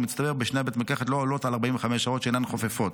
ובמצטבר בשני בתי המרקחת אינן עולות על 45 שעות שאינן חופפות.